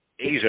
Asia